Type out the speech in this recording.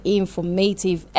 informative